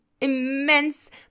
immense